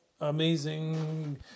amazing